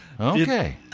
Okay